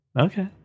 Okay